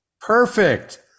Perfect